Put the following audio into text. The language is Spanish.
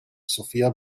sophia